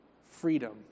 Freedom